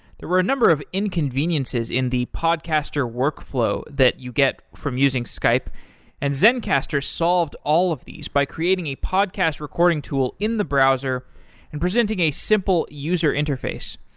there were a number of inconveniences in the podcaster podcaster workflow that you get from using skype and zencastr solved all of these by creating a podcast recording tool in the browser and presenting a simple user interface.